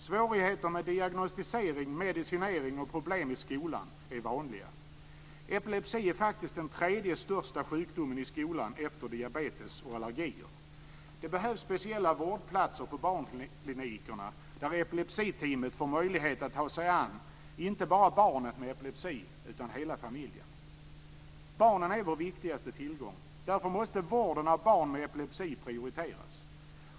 Svårigheter med diagnostisering, medicinering och problem i skolan är vanliga. Epilepsi är faktiskt den tredje största sjukdomen i skolan efter diabetes och allergier. Det behövs speciella vårdplatser på barnklinikerna, där epilepsiteamet får möjlighet att ta sig an inte bara barnet med epilepsi utan hela familjen. Barnen är vår viktigaste tillgång. Därför måste vården av barn med epilepsi prioriteras.